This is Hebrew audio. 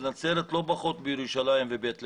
נצרת לא פחות מירושלים ובית לחם.